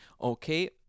Okay